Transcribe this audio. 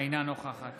אינה נוכחת